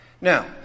Now